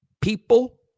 People